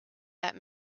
that